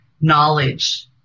knowledge